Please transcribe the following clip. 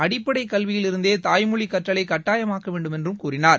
அடிப்படை கல்வியில் இருந்தே தாய்மொழி கற்றலை கட்டாயமாக்க வேண்டும் என்றும் கூறினார்